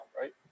right